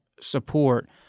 support